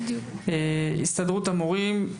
הסתדרות המורים,